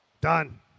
Done